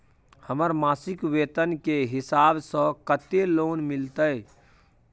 हमर मासिक वेतन के हिसाब स कत्ते लोन मिलते?